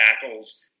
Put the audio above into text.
tackles